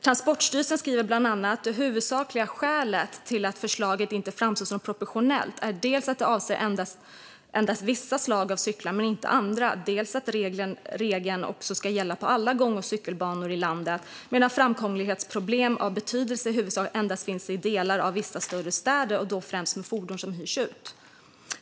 Transportstyrelsen skriver bland annat att det huvudsakliga skälet "är att förslaget inte framstår som proportionellt, dels då det avser endast vissa slag av cyklar men inte andra, dels att regeln ska gälla på alla gång och cykelbanor i landet medan framkomlighetsproblem av betydelse i huvudsak endast finns i delar av vissa större städer och då främst med fordon som hyrs ut".